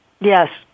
Yes